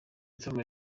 nsoma